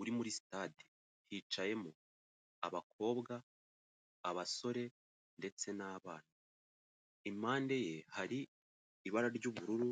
uri muri sitade. Hicayemo: abakobwa, abasore ndetse n'abana. Impande ye hari ibara ry'ubururu.